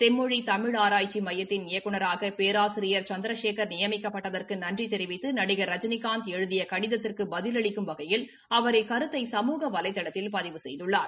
செம்மொழி தமிழாராய்ச்சி மையத்தின் இயக்குநராக பேராசிரியர் சந்திரசேகர் நியமிக்கப்பட்டதற்கு நன்றி தெரிவித்து நடிகா் ரஜினிகாந்த் எழுதிய கடிதத்திற்கு பதிலளிக்கும் வகையில் அவா் இக்கருத்தை சமூக வலைதளத்தில் பதிவு செய்துள்ளார்